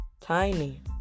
tiny